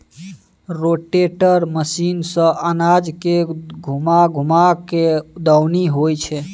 rotator machine सँ अनाज के घूमा घूमा कय दऊनी होइ छै